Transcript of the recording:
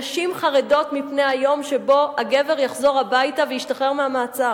הנשים חרדות מפני היום שבו הגבר יחזור הביתה וישתחרר מהמעצר.